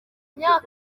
myaka